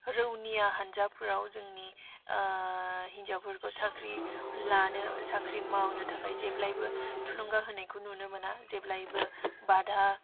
रौनिया हान्जाफ्राव जोंनि हिन्जावफोरखौ साख्रि लानो साख्रि मावनो थाखाय जेब्लायबो थुलुंगा होनायखौ नुनो मोना जेब्लायबो बाधा